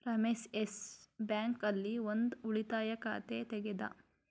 Ramesh yes bank ಆಲ್ಲಿ ಒಂದ್ ಉಳಿತಾಯ ಖಾತೆ ತೆಗೆದ